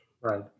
Right